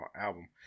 album